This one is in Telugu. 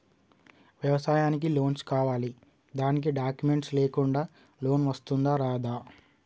వ్యవసాయానికి లోన్స్ కావాలి దానికి డాక్యుమెంట్స్ లేకుండా లోన్ వస్తుందా రాదా?